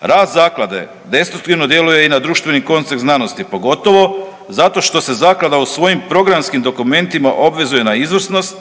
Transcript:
Rad zaklade destruktivno djeluje i na društveni koncept znanosti, pogotovo zato što se zaklada u svojim programskim dokumentima obvezuje na izvrsnost